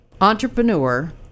entrepreneur